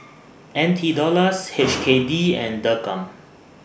N T Dollars H K D and Dirham